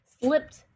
slipped